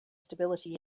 stability